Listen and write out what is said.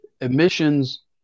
emissions